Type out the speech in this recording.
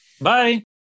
Bye